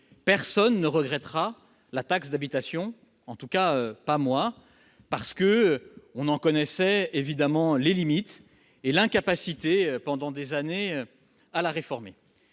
Personne ne regrettera la taxe d'habitation- en tout cas, pas moi ! Nous en connaissions, évidemment, les limites et l'incapacité pendant des années à la réformer.